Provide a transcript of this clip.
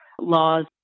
laws